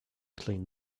clean